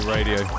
Radio